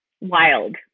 Wild